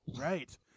right